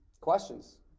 questions